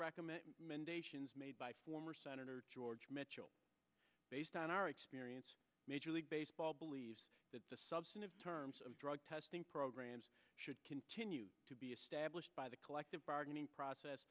recommend mandation is made by former senator george mitchell based on our experience major league baseball believes that the substantive terms of drug testing programs should continue to be established by the collective bargaining process